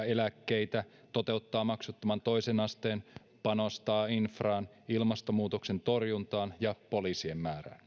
eläkkeitä toteuttaa maksuttoman toisen asteen sekä panostaa infraan ilmastonmuutoksen torjuntaan ja poliisien määrään